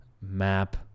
map